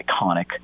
iconic